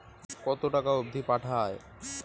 কতো টাকা অবধি পাঠা য়ায়?